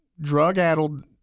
drug-addled